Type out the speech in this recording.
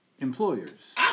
employers